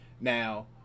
Now